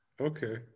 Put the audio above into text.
Okay